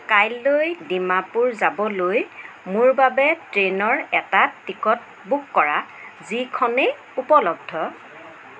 কাইলৈ ডিমাপুৰ যাবলৈ মোৰ বাবে ট্ৰেইনৰ এটা টিকট বুক কৰা যিখনেই উপলব্ধ